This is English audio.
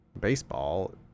Baseball